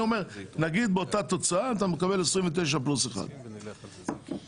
אני אומר שנגיד באותה תוצאה אתה מקבל 29 פלוס 1. אני